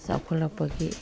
ꯆꯥꯎꯈꯠꯂꯛꯄꯒꯤ